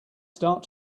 start